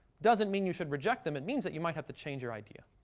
doesn't mean you should reject them. it means that you might have to change your idea.